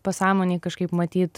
pasąmonėj kažkaip matyt